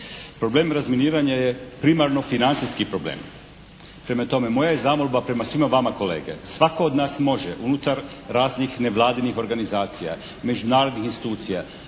Problem razminiranja je primarno financijski problem, prema tome moja je zamolba prema svima vama kolege svatko od nas može unutar raznih nevladinih organizacija, međunarodnih institucija,